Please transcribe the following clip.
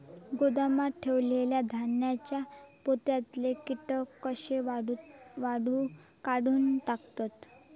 गोदामात ठेयलेल्या धान्यांच्या पोत्यातले कीटक कशे काढून टाकतत?